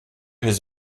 his